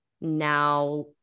now